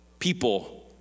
people